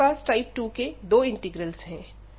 अब हमारे पास टाइप 2 के दो इंटीग्रल्स हैं